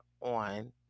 on